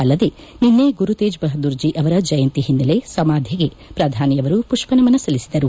ಅಲ್ಲದೇ ನಿನ್ನೆ ಗುರುತೇಜ್ ಬಹದ್ದೂರ್ ಜೀ ಅವರ ಜಯಂತಿ ಹಿನ್ನೆಲೆ ಸಮಾಧಿಗೆ ಪ್ರಧಾನಿ ಅವರು ಪುಷ್ಪ ನಮನ ಸಲ್ಲಿಸಿದರು